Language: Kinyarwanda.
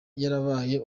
yarabaye